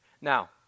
Now